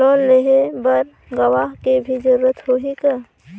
Loan लेहे बर गवाह के भी जरूरत होही का?